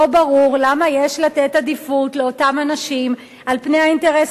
לא ברור למה יש לתת עדיפות לאותם אנשים על-פני האינטרס